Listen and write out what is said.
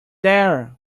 there